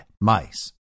mice